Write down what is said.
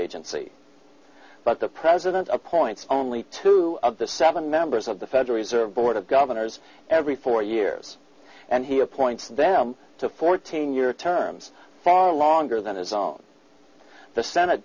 agency but the president appoints only two of the seven members of the federal reserve board of governors every four years and he appoints them to fourteen year terms far longer than his own the senate